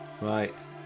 Right